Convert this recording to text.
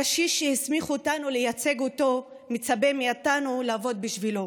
הקשיש שהסמיך אותנו לייצג אותו מצפה מאיתנו לעבוד בשבילו,